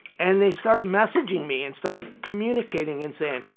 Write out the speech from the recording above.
and they started messaging me and started communicating and saying,